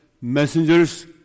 messengers